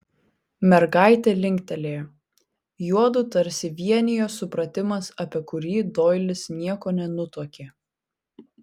mergaitė linktelėjo juodu tarsi vienijo supratimas apie kurį doilis nieko nenutuokė